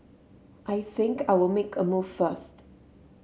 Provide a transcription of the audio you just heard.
I think I'll make a move first